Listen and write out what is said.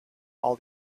all